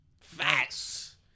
Facts